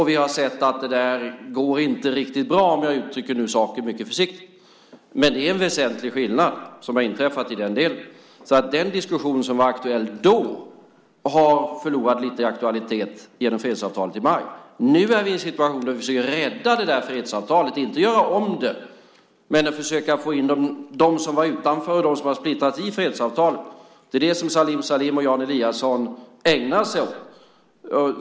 Vi har sett att det inte går riktigt bra, om jag uttrycker saken mycket försiktigt. Det som har inträffat är en väsentlig skillnad i den delen. Den diskussion som var aktuell då har förlorat lite i aktualitet genom fredsavtalet i maj. Nu är vi i en situation där vi försöker rädda fredsavtalet, inte göra om det men försöka få in dem som var utanför och dem som har splittrats i fredsavtalet. Det är det som Salim Salim och Jan Eliasson ägnar sig åt.